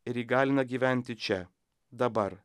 ir įgalina gyventi čia dabar